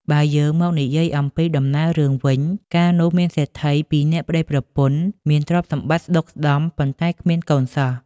បើយើងមកនិយាអំពីដំណើររឿងវិញ កាលនោះមានសេដ្ឋីពីរនាក់ប្តីប្រពន្ធមានទ្រព្យសម្បត្តិស្តុកស្តម្ភ ប៉ុន្តែគ្មានកូនសោះ។